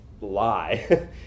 lie